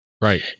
right